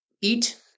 eat